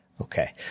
Okay